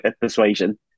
persuasion